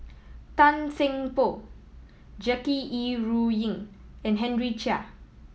Tan Seng Poh Jackie Yi Ru Ying and Henry Chia